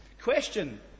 question